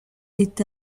est